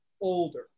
older